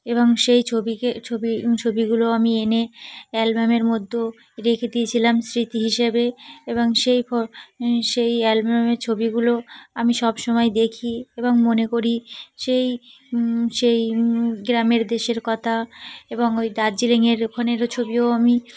এবং সেই ছবিকে ছবি ছবিগুলো আমি এনে অ্যালবামের মধ্যে রেখে দিয়েছিলাম স্মৃতি হিসেবে এবং সেই সেই অ্যালবামের ছবিগুলো আমি সব সমময় দেখি এবং মনে করি সেই সেই গ্রামের দেশের কথা এবং ওই দার্জিলিংয়ের ওখানেরও ছবিও আমি